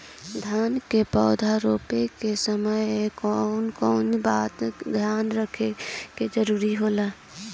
धान के पौधा रोप के समय कउन कउन बात के ध्यान रखल जरूरी होला?